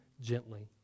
gently